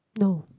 no